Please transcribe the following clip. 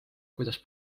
kuidas